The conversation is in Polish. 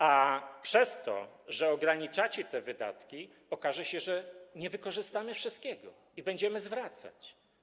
A przez to, że ograniczacie te wydatki, okaże się, że nie wykorzystamy wszystkiego i będziemy te środki zwracać.